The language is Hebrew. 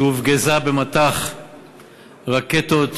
שהופגזה במטח רקטות,